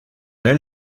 nel